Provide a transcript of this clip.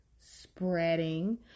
spreading